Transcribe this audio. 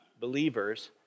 believers